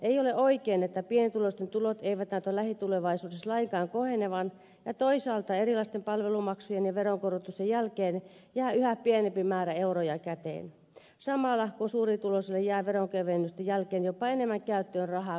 ei ole oikein että pienituloisten tulot eivät näytä lähitulevaisuudessa lainkaan kohenevan ja toisaalta erilaisten palvelumaksujen ja veronkorotusten jälkeen jää yhä pienempi määrä euroja käteen samalla kun suurituloisille jää veronkevennysten jälkeen jopa enemmän käyttöön rahaa kuin aikaisemmin